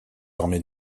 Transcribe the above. armées